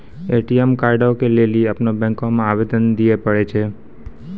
ATM कार्डो के लेली अपनो बैंको मे आवेदन दिये पड़ै छै